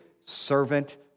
servant